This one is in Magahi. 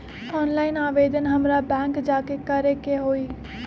ऑनलाइन आवेदन हमरा बैंक जाके करे के होई?